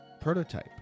prototype